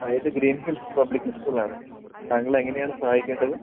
അതെ ഇത് green hills public school ആണ് താങ്കളെ എങ്ങനെയാണ് സഹായിക്കേണ്ടത്